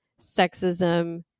sexism